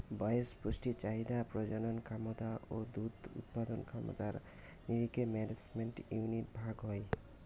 বয়স, পুষ্টি চাহিদা, প্রজনন ক্যমতা ও দুধ উৎপাদন ক্ষমতার নিরীখে ম্যানেজমেন্ট ইউনিট ভাগ হই